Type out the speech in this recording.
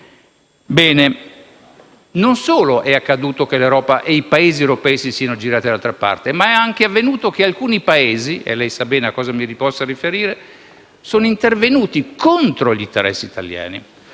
Bene, non solo è accaduto che l'Europa e i Paesi europei si siano girati dall'altra parte, ma è anche avvenuto che alcuni Paesi - lei sa bene a cosa mi possa riferire - sono intervenuti contro gli interessi italiani.